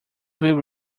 will